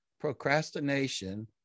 procrastination